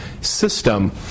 System